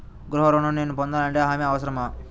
గృహ ఋణం నేను పొందాలంటే హామీ అవసరమా?